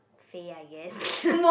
faye I guess